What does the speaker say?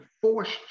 forced